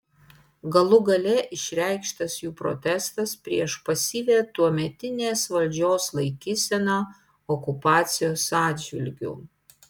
galų gale išreikštas jų protestas prieš pasyvią tuometinės valdžios laikyseną okupacijos atžvilgiu